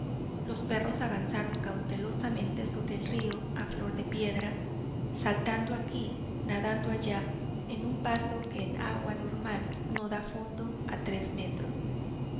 los perros avanzaron cautelosamente sobre el río a flor de piedra saltando aquí nadando allá en un paso que en agua normal no da fondo a tres metros